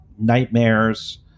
nightmares